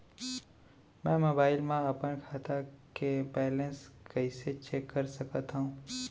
मैं मोबाइल मा अपन खाता के बैलेन्स कइसे चेक कर सकत हव?